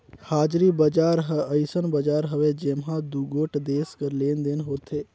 हाजरी बजार हर अइसन बजार हवे जेम्हां दुगोट देस कर लेन देन होथे